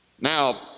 Now